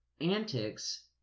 antics